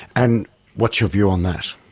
and what's your view on that?